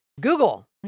Google